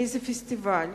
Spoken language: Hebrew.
איזה פסטיבל,